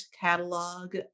catalog